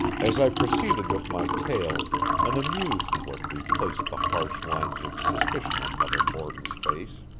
as i proceeded with my tale an amused look replaced the harsh lines of suspicion on mother borton's face.